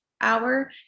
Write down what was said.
hour